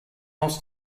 else